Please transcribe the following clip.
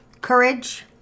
courage